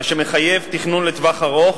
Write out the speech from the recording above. מה שמחייב תכנון לטווח ארוך,